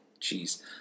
Jeez